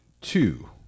Two